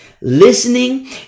listening